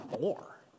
More